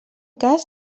cas